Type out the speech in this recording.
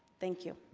thank you